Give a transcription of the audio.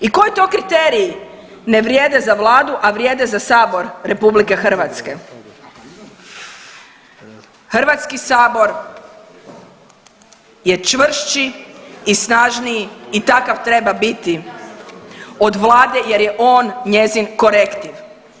I koji to kriteriji ne vrijede za vladu, a vrijede za sabor RH Hrvatski sabor je čvršći i snažniji i takav treba biti od Vlade jer je on njezin korektiv.